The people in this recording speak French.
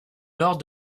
lors